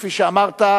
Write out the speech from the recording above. כפי שאמרת,